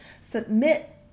Submit